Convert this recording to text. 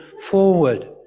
forward